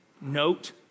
note